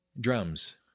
drums